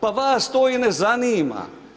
Pa vas to i ne zanima.